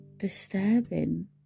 disturbing